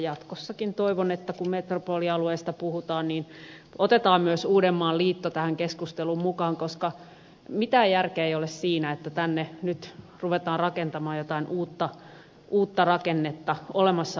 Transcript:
jatkossakin toivon että kun metropolialueesta puhutaan niin otetaan myös uudenmaan liitto tähän keskusteluun mukaan koska mitään järkeä ei ole siinä että tänne nyt ruvetaan rakentamaan jotain uutta rakennetta olemassa olevan päälle